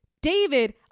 David